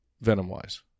venom-wise